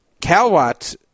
Calwatt